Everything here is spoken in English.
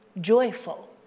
joyful